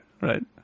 Right